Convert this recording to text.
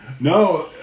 No